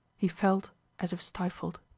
he felt as if stifled.